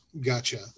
gotcha